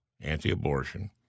anti-abortion